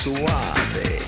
Suave